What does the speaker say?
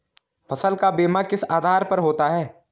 फसल का बीमा किस आधार पर होता है?